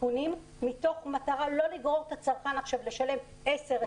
סיכונים מתוך מטרה לא לגרור את הצרכן עכשיו לשלם 10,000,